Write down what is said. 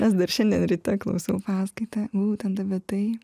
nes dar šiandien ryte klausiau paskaitą būtent apie tai